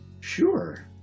sure